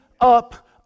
up